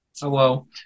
Hello